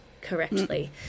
correctly